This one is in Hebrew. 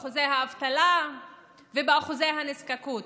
האבטלה והנזקקות.